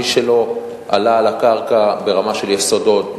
מי שלא עלה על הקרקע ברמה של יסודות,